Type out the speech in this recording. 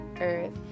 earth